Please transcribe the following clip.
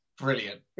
brilliant